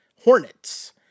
hornets